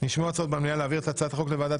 עבר לוועדת